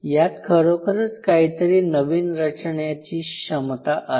यात खरोखरच काहीतरी नवीन रचण्याची क्षमता आहे